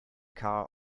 car